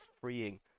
freeing